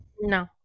no